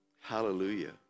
Hallelujah